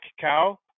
cow